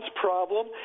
problem